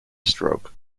stroke